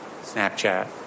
Snapchat